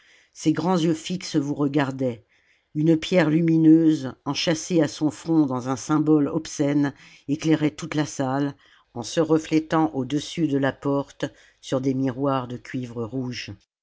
ses grands yeux fixes vous regardaient une pierre lumineuse enchâssée à son front dans un symbole obscène éclairait toute la salle en se reflétant au-dessus de la porte sur des miroirs de cuivre rouge